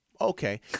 okay